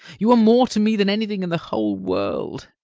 you are more to me than anything in the whole world.